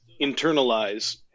internalize